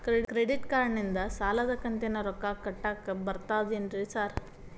Credit ಕಾರ್ಡನಿಂದ ಸಾಲದ ಕಂತಿನ ರೊಕ್ಕಾ ಕಟ್ಟಾಕ್ ಬರ್ತಾದೇನ್ರಿ ಸಾರ್?